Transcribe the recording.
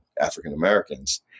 African-Americans